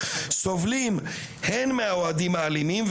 סובלים הן מהאוהדים האלימים,